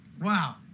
Wow